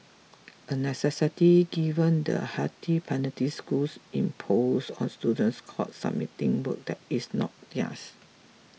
a necessity given the hefty penalties schools impose on students caught submitting work that is not theirs